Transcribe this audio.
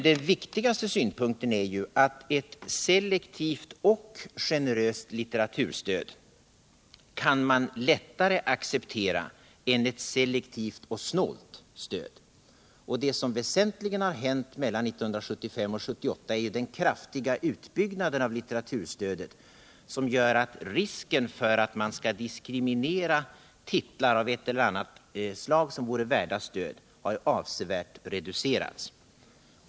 Den viktigaste synpunkten är att man lättare kan acceptera ett selektivt och generöst litreraturstöd än ett selektivt och snålt stöd. Det som väsentligen har hänt mellan 1975 och 1978 är den kraftiga utbyggnaden av litteraturstödet, som gör att risken för att man skall diskriminera titlar av ett eller annat slag som vore värda stöd har avsevärt reducerats.